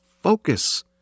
focus